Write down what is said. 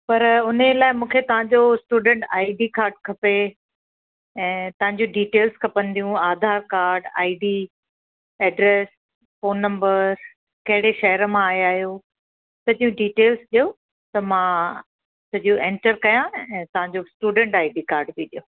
पर उन लाइ मूंखे तव्हांजो स्टूडेंट आई डी कार्ड खपे ऐं तव्हांजी डिटेल्स खपंदियूं Aadhaar card I D address phone number कहिड़े शहर मां आया आहियो सॼियूं डिटेल्स ॾियो त मां सॼियूं एंटर कयां ऐं तव्हांजो स्टूडेंट आई डी कार्ड बि ॾियो